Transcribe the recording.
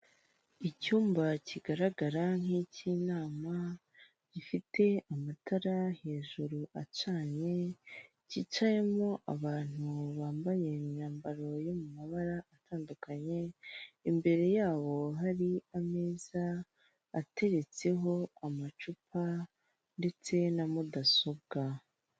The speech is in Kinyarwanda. Icyumba kigaragara nk'ikinama gifite amatara hejuru acanye cyicayemo abantu bambaye imyambaro yo mu mabara atandukanye, imbere yabo hari ameza ateretseho amacupa ndetse na mudasobwa.